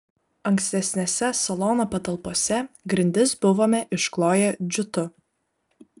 ankstesnėse salono patalpose grindis buvome iškloję džiutu